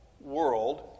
world